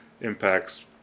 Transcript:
impacts